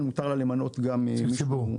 מותר לה למנות גם מישהו אחר,